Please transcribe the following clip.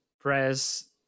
Press